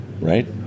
right